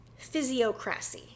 physiocracy